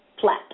flat